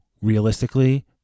realistically